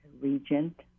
regent